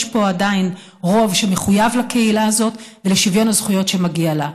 יש פה עדיין רוב שמחויב לקהילה הזאת ולשוויון הזכויות שמגיע לה,